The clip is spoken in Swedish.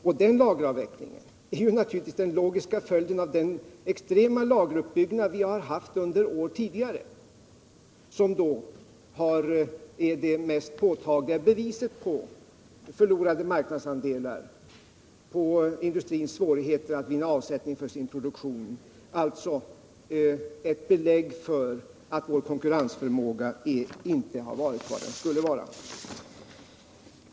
Och den utvecklingen är naturligtvis den logiska följden av den extrema lageruppbyggnad vi har haft under tidigare år och det mest påtagliga beviset på förlorade marknadsandelar, på industrins svårigheter att finna avsättning för sin produktion — alltså ett belägg för att vår konkurrensförmåga inte har varit vad den skulle vara.